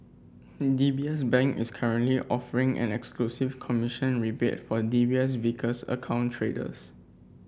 D B S Bank is currently offering an exclusive commission rebate for D B S Vickers account traders